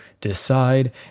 decide